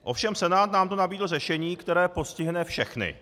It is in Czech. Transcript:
Ovšem Senát nám tu nabídl řešení, které postihne všechny.